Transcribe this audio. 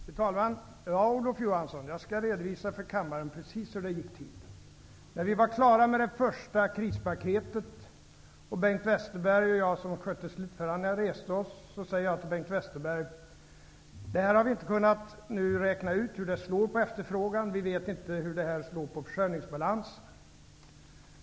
Fru talman! Ja, Olof Johansson, jag skall redovisa för kammaren precis hur det gick till. När vi var klara med det första krispaketet, och Bengt Westerberg och jag som skötte slutförhandlingarna reste oss, sade jag till Bengt Westerberg: Det här har vi inte kunnat räkna ut hur det slår på efterfrågan. Vi vet inte hur det här slår på försörjningsbalansen.